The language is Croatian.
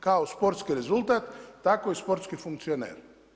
Kao sportski rezultat tako i sportski funkcioner.